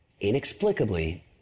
inexplicably